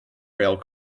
rail